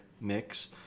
mix